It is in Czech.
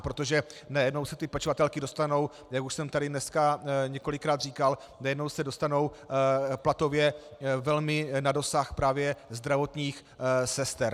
Protože najednou se pečovatelky dostanou, jak už jsem tady dneska několikrát říkal, najednou se dostanou platově velmi na dosah zdravotních sester.